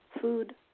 food